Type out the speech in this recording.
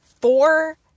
four